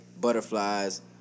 butterflies